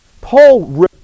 Paul